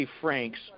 Franks